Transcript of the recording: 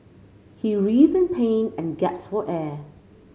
he writhed in pain and gasped for air